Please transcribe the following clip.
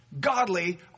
Godly